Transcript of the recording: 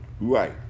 Right